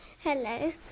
Hello